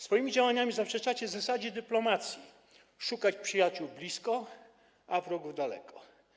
Swoimi działaniami zaprzeczacie zasadzie dyplomacji - szukajcie przyjaciół blisko, a wrogów daleko.